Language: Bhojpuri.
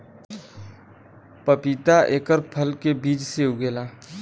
पपीता एकर फल के बीज से उगेला